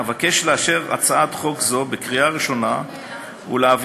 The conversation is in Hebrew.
אבקש לאשר הצעת חוק זו בקריאה ראשונה ולהעבירה